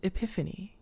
Epiphany